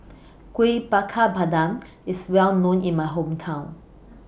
Kuih Bakar Pandan IS Well known in My Hometown